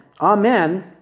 Amen